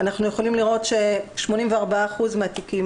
אנחנו יכולים לראות ש-84 אחוזים מהתיקים